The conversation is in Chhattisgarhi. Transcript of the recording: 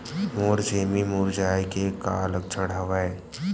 मोर सेमी मुरझाये के का लक्षण हवय?